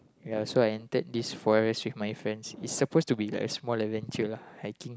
ya so I entered this forest with my friends it's supposed to be like a small adventure lah hiking